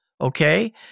okay